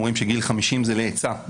אומרים שגיל 50 זה לעצה.